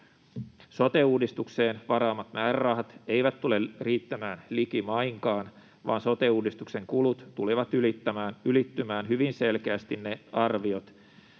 sote-uudistukseen varaamat määrärahat eivät tule riittämään likimainkaan vaan sote-uudistuksen kulut tulevat ylittämään hyvin selkeästi ne arviot,